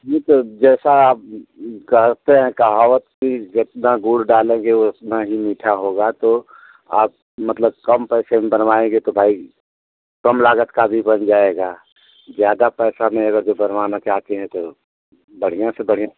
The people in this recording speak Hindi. यह तो जैसा आप हैं कहावत कि जितना गुड़ डालेंगे उतना ही मीठा होगा तो आप मतलब कम पैसे में बनवाएँगे तो भाई कम लागत का भी बन जाएगा ज़्यादा पैसा में अगर जो बनवाना चाहते हैं तो बढ़ियाँ से बढ़ियाँ